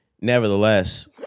Nevertheless